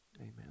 amen